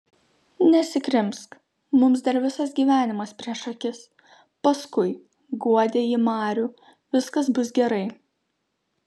nesikrimsk mums dar visas gyvenimas prieš akis paskui guodė ji marių viskas bus gerai